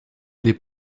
les